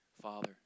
Father